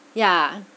yeah